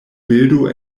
bildo